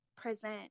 present